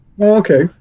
Okay